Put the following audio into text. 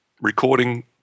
recording